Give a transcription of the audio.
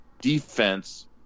defense –